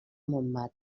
montmartre